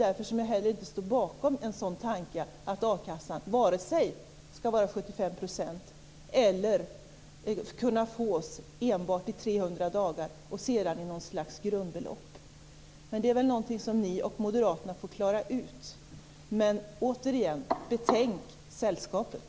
Därför står jag inte heller bakom sådana tankar på att akasseersättningen skall vara 75 % eller på att man bara skall kunna få ersättning i 300 dagar och sedan något slags grundbelopp. Men det är väl någonting som ni och moderaterna får klara ut. Återigen: Betänk sällskapet!